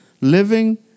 living